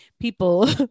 people